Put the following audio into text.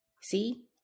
see